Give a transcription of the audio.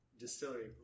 Distillery